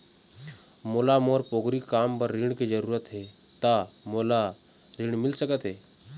मोला मोर पोगरी काम बर ऋण के जरूरत हे ता मोला ऋण मिल सकत हे?